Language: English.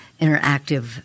interactive